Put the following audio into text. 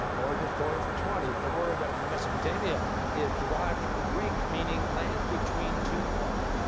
ah origin story for twenty. the word mesopotamia is derived from the greek meaning land between two what?